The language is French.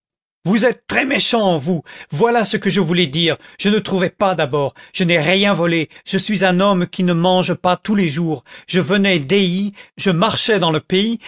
vous êtes très méchant vous voilà ce que je voulais dire je ne trouvais pas d'abord je n'ai rien volé je suis un homme qui ne mange pas tous les jours je venais d'ailly je marchais dans le pays